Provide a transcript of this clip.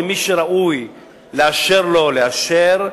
ולמי שראוי לאשר לו לאשר,